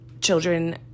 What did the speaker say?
children